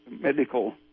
medical